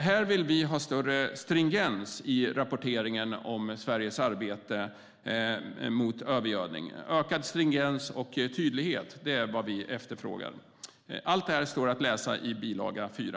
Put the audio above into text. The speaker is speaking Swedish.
Vi vill ha större stringens i rapporteringen om Sveriges arbete mot övergödning. Ökad stringens och tydlighet - det är vad vi efterfrågar. Allt detta står att läsa i bil. 4.